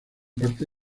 parte